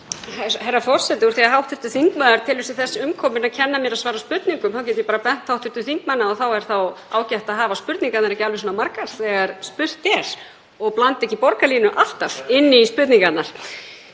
Herra forseti. Úr því að hv. þingmaður telur sig þess umkominn að kenna mér að svara spurningum þá get ég bent hv. þingmanni á að þá er ágætt að hafa spurningarnar ekki alveg svona margar þegar spurt er og blanda ekki borgarlínu alltaf inn í spurningarnar.